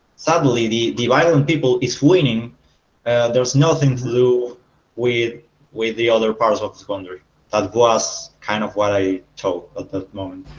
suddenly the the violent people is winning there's nothing to do with with the other parts of the country that was kind of what i thought at that moment.